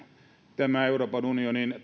tämä euroopan unionin